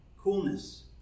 coolness